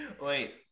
Wait